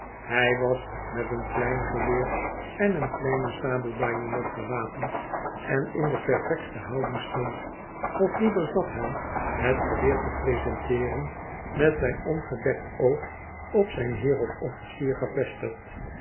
hij was met een klein geweer on een kleine sabel bajonet gewapend en in de perfectste houding stond of liever zat hij het geweer te presenteeren met zijn ongedekt oog op zijn beer of officier gevestigd